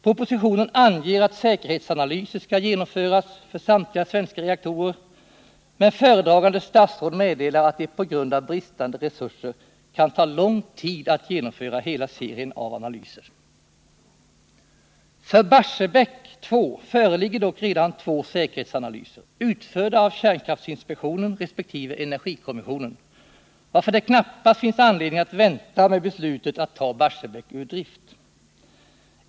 Propositionen anger att säkerhetsanalyser skall genomföras för samtliga svenska reaktorer, men föredragande statsrådet meddelar att det på grund av bristande resurser kan ta lång tid att genomföra hela serien av analyser. För Barsebäck 2 föreligger dock redan två säkerhetsanalyser, utförda av kärnkraftsinspektionen resp. energikommissionen, varför det knappast finns anledning att vänta med beslutet att ta Barsebäck ur drift.